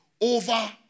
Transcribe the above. over